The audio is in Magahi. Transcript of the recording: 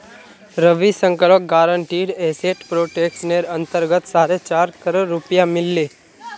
रविशंकरक गारंटीड एसेट प्रोटेक्शनेर अंतर्गत साढ़े चार करोड़ रुपया मिल ले